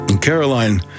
Caroline